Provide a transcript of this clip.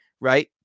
Right